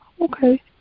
Okay